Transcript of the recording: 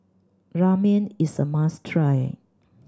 Ramen is a must try